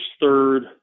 third